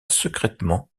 secrètement